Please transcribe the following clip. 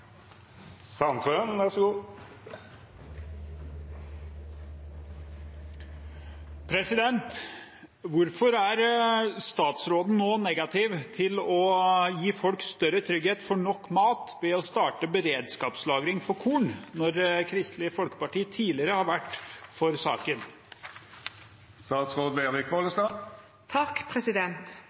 statsråden nå negativ til å gi folk større trygghet for nok mat ved å starte beredskapslagring av korn, når Kristelig Folkeparti tidligere har vært for